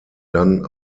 dann